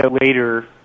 later